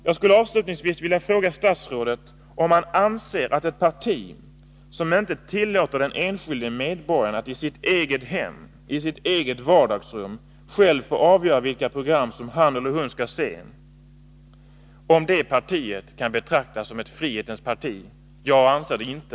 Jag skulle avslutningsvis vilja fråga statsrådet om han anser att ett parti, som inte tillåter den enskilde medborgaren att i sitt eget hem — i sitt eget vardagsrum — själv få avgöra vilka program han eller hon kan se, kan betraktas som ett frihetens parti? Jag anser det inte.